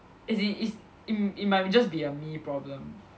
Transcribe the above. as in it's it it might just be a me problem